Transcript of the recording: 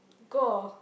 gore